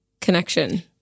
connection